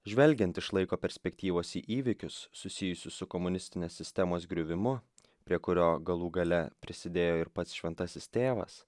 žvelgiant iš laiko perspektyvos į įvykius susijusius su komunistinės sistemos griuvimu prie kurio galų gale prisidėjo ir pats šventasis tėvas